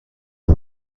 یکم